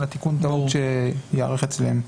על התיקון טעות שייערך אצלם.